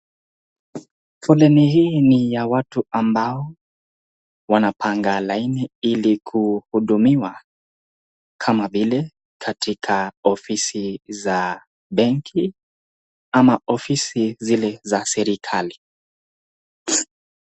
Foleni hii ni ya watu ambao wanapanga laini ili kuhudumiwa, kama vile, katitka ofisi za benki ama ofisi zile za serikalii.